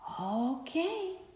Okay